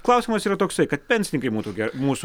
klausimas yra toksai kad pensininkai būtų mūsų